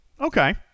Okay